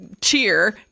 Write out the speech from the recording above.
cheer